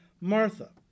martha